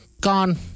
gone